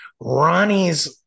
Ronnie's